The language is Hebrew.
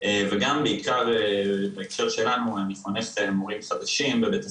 וגם בעיקר אני חונך מורים חדשים בבית הספר,